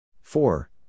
Four